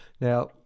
Now